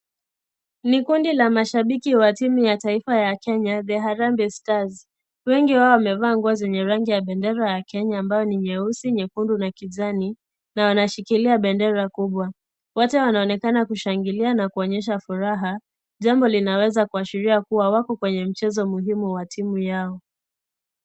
Ni kundi la mashabiki wa timu ya taifa ya Kenya, The Harambe Stars. Wengi wao wamevaa nguo zenye rangi ya bendera ya Kenya ambayo ni nyeusi, nyekundu na kijani na wanashikilia bendera kubwa. Wote wanaonekana kushangilia na kuonyesha furaha. Jambo linaweza kuashiria kuwa wako kwenye mchezo muhimu wa timu yao.